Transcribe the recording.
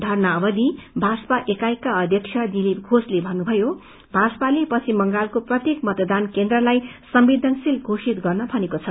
धरना अवधि भाजपा एकाईका अध्यक्ष दिलीप घोषले भन्नुभयो भाजपाले पिश्चम बंगालको प्रत्येक मतदान केन्द्रलाई संवेदनशील घोषित गर्न भनेको छ